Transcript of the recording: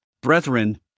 brethren